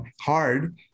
hard